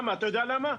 אתה יודע למה?